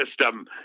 system